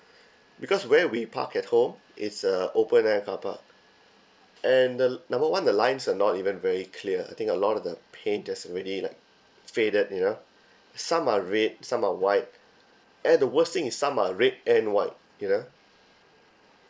because where we park at home it's a open air carpark and the l~ number one the lines are not even very clear I think a lot of the paint that's already like faded you know some are red some are white and the worst thing is some are red and white you know